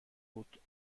بود